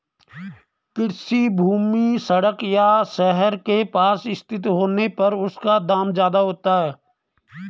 कृषि भूमि सड़क या शहर के पास स्थित होने पर उसका दाम ज्यादा होता है